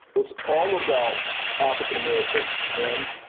it's all about african american men.